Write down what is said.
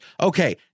Okay